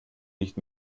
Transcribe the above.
nicht